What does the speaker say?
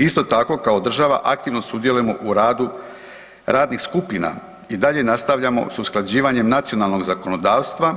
Isto tako, kao država aktivno sudjelujemo u radu radnih skupina i dalje nastavljamo s usklađivanjem nacionalnog zakonodavstva